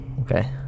Okay